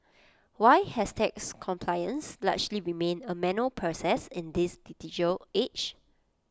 why has tax compliance largely remained A manual process in this digital age